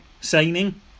signing